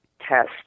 test